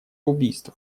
убийства